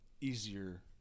easier